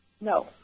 No